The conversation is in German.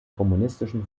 kommunistischen